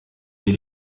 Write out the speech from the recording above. yari